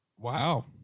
Wow